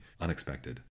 unexpected